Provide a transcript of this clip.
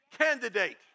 candidate